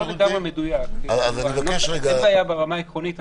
אין בעיה ברמה העקרונית.